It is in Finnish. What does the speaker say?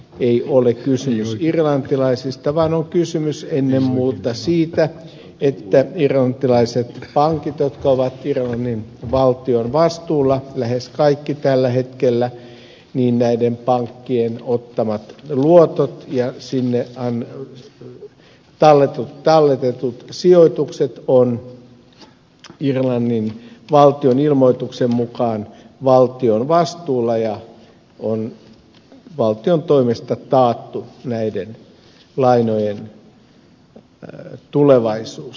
ei ole kysymys irlantilaisista vaan on kysymys ennen muuta siitä että irlantilaisten pankkien jotka ovat irlannin valtion vastuulla lähes kaikki tällä hetkellä ottamat luotot ja sinne talletetut sijoitukset ovat irlannin valtion ilmoituksen mukaan valtion vastuulla ja valtion toimesta on taattu näiden lainojen tulevaisuus